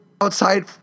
outside